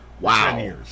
Wow